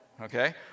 okay